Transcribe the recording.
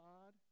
God